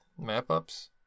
Map-ups